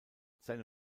seine